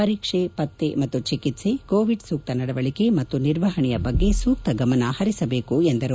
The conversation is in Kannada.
ಪರೀಕ್ಷೆ ಪತ್ತೆ ಮತ್ತು ಚಿಕಿತ್ಸೆ ಕೋವಿಡ್ ಸೂಕ್ತ ನಡವಳಿಕೆ ಮತ್ತು ನಿರ್ವಹಣೆಯ ಬಗ್ಗೆ ಸೂಕ್ತ ಗಮನ ಪರಿಸಬೇಕೆಂದರು